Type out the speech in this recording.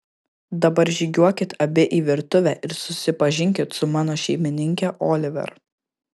dabar žygiuokit abi į virtuvę ir susipažinkit su mano šeimininke oliver